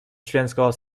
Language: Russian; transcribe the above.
членского